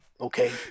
okay